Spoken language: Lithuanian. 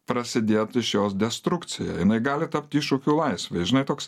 prasidėt iš jos destrukcija jinai gali tapt iššūkiu laisvei žinai toks